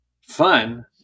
fun